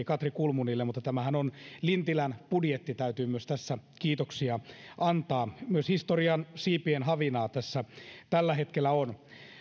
katri kulmunille mutta tämähän on lintilän budjetti ja täytyy myös tässä kiitoksia antaa myös historian siipien havinaa tässä tällä hetkellä on